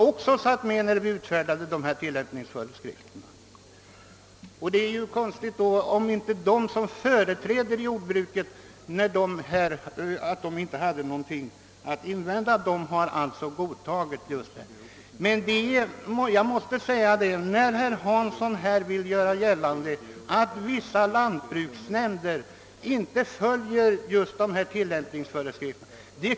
Det är väl märkligt att dessa företrädare för jordbruket inte hade något att invända, utan godtog tillämpningsföreskrifterna. Herr Hansson i Skegrie vill göra gällande att vissa lantbruksnämnder inte följer tillämpningsföreskrifterna.